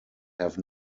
have